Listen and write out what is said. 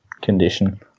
condition